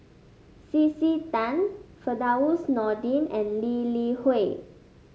C C Tan Firdaus Nordin and Lee Li Hui